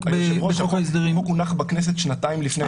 נכון?